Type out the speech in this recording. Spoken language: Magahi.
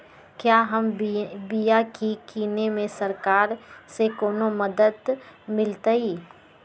क्या हम बिया की किने में सरकार से कोनो मदद मिलतई?